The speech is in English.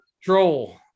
troll